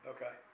Okay